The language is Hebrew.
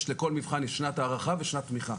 לכל מבחן יש שנת הערכה ושנת תמיכה.